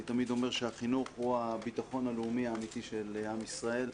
אני תמיד אומר שהחינוך הוא הבטחון הלאומי האמיתי של עם ישראל.